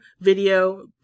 video